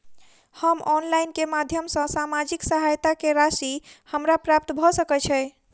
हम ऑनलाइन केँ माध्यम सँ सामाजिक सहायता केँ राशि हमरा प्राप्त भऽ सकै छै?